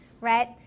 right